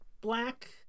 black